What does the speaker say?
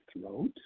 throat